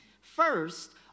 First